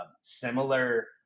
similar